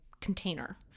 container